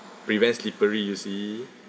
prevent slippery you see